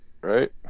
right